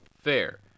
Fair